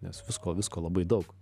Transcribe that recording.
nes visko visko labai daug